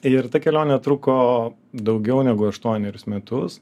ir ta kelionė truko daugiau negu aštuonerius metus